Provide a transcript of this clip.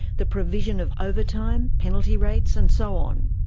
the provision of overtime, penalty rates and so on.